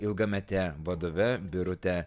ilgamete vadove birute